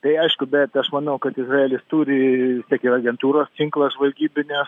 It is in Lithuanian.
tai aišku bet aš manau kad izraelis turi i tiek ir agentūros tinklą žvalgybinę